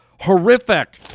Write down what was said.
horrific